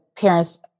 parents